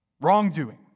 Wrongdoing